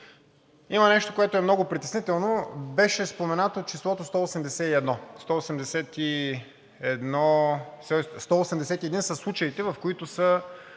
има нещо, което е много притеснително. Беше споменато числото 181. 181 са случаите, в които са